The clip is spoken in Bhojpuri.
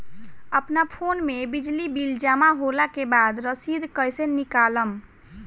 अपना फोन मे बिजली बिल जमा होला के बाद रसीद कैसे निकालम?